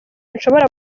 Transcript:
nshobora